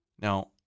Now